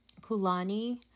kulani